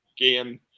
game